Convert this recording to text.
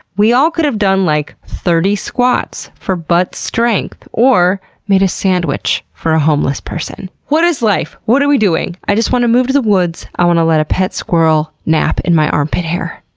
we all could have done, like, thirty squats for butt strength or made a sandwich for a homeless person. what is life! what are we doing! i just wanna to move to the woods. i want to let a pet squirrel nap in my armpit hair.